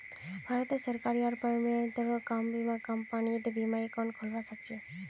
भारतत सरकारी आर प्राइवेट दोनों तरह कार बीमा कंपनीत ई बीमा एकाउंट खोलवा सखछी